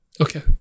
Okay